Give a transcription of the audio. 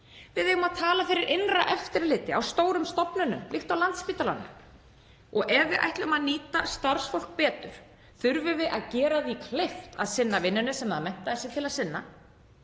Við eigum að tala fyrir innra eftirliti á stórum stofnunum, líkt og Landspítalanum. Ef við ætlum að nýta starfsfólk betur þurfum við að gera því kleift að sinna vinnunni sem það hefur menntað sig til að sinna.